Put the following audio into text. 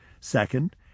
Second